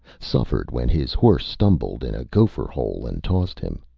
suffered when his horse stumbled in a gopher hole and tossed him.